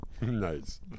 Nice